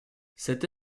cette